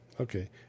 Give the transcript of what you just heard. okay